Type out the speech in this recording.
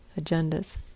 agendas